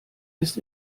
ist